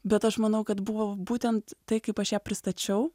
bet aš manau kad buvo būtent tai kaip aš ją pristačiau